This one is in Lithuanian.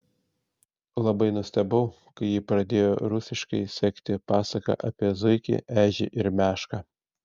labai nustebau kai ji pradėjo rusiškai sekti pasaką apie zuikį ežį ir mešką